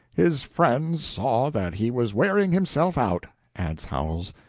his friends saw that he was wearing himself out, adds howells,